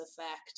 effect